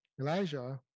Elijah